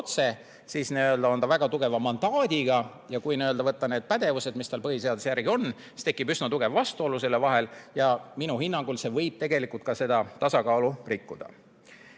siis on ta väga tugeva mandaadiga, ja kui võtta need pädevused, mis tal põhiseaduse järgi on, siis tekib üsna tugev vastuolu, mis minu hinnangul võib tegelikult ka seda tasakaalu rikkuda.